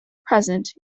present